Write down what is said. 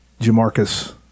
Jamarcus